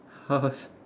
how's